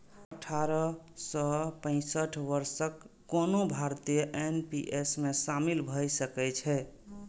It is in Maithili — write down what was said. अठारह सं पैंसठ वर्षक कोनो भारतीय एन.पी.एस मे शामिल भए सकै छै